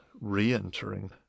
re-entering